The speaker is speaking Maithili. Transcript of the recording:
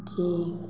ठीक